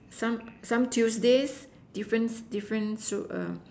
some some Tuesdays different different super err